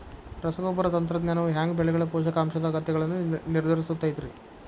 ರಸಗೊಬ್ಬರ ತಂತ್ರಜ್ಞಾನವು ಹ್ಯಾಂಗ ಬೆಳೆಗಳ ಪೋಷಕಾಂಶದ ಅಗತ್ಯಗಳನ್ನ ನಿರ್ಧರಿಸುತೈತ್ರಿ?